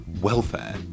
welfare